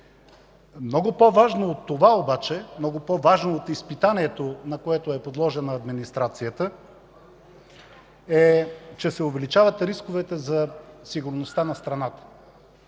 Много по-важно от това обаче, много по-важно от изпитанието, на което е подложена администрацията, е, че се увеличават рисковете за сигурността на страната